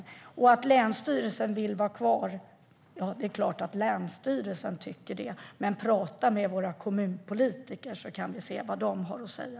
Det är klart att länsstyrelsen tycker att länsstyrelsen ska vara kvar. Men prata med våra kommunpolitiker, så får ni höra vad de har att säga!